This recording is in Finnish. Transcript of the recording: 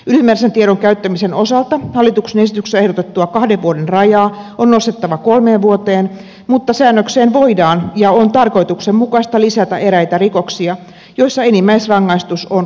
ylimääräisen tiedon käyttämisen osalta hallituksen esityksessä ehdotettua kahden vuoden rajaa on nostettava kolmeen vuoteen mutta säännökseen voidaan ja on tarkoituksenmukaista lisätä eräitä rikoksia joissa enimmäisrangaistus on kaksi vuotta